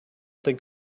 think